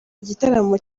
igitaramo